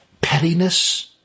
pettiness